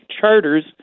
charters